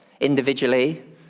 Individually